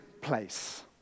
place